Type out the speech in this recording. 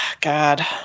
God